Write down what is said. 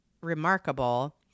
remarkable